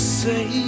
say